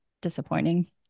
disappointing